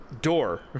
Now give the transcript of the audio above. door